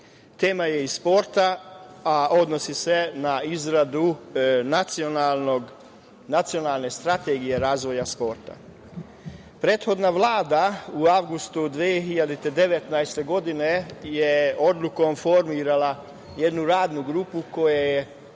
Tema je iz sporta, a odnosi se na izradu nacionalne strategije razvoja sporta. Prethodna Vlada u avgustu 2019. godine je odlukom formirala jednu radnu grupu koja je